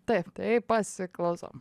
taip tai pasiklausom